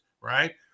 right